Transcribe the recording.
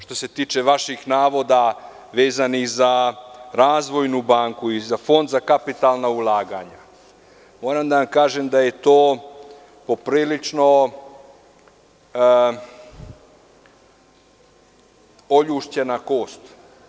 Što se tiče vaših navoda vezanih za Razvojnu banku i za Fond za kapitalna ulaganja, moram da vam kažem da je to poprilično oljuštena kost.